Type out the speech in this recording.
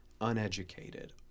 uneducated